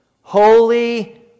holy